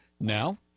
Now